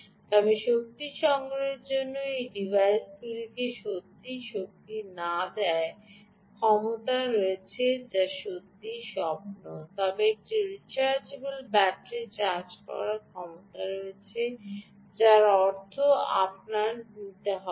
তবে শক্তি সংগ্রহের কেবল সেই ডিভাইসগুলিকেই শক্তি না দেয়ার ক্ষমতা রয়েছে যা সত্যই স্বপ্ন তবে একটি রিচার্জেবল ব্যাটারি চার্জ করার ক্ষমতা রয়েছে যার অর্থ আপনার নিতে হবে না